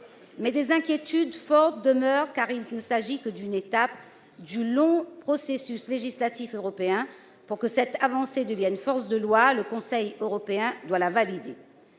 des inquiétudes fortes demeurent, car il ne s'agit que d'une étape du long processus législatif européen. Pour que cette avancée acquière force de loi, elle doit être validée